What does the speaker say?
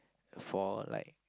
for like